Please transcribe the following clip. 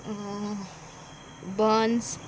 buns